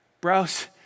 bros